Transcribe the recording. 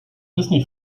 disney